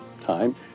time